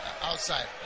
outside